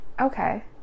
Okay